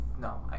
No